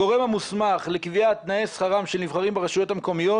הגורם המוסמך לקביעת תנאי שכרם של נבחרים ברשויות המקומיות